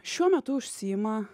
šiuo metu užsiima